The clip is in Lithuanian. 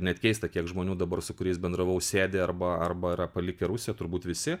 net keista kiek žmonių dabar su kuriais bendravau sėdi arba arba yra palikę rusiją turbūt visi